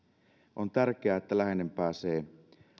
on tärkeää että läheinen pääsee